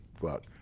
Fuck